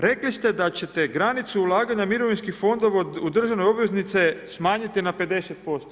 Rekli da ćete granicu ulaganja mirovinskih fondova u državne obveznice smanjiti na 50%